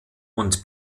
und